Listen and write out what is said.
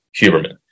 huberman